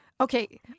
Okay